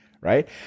right